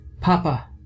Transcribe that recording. Papa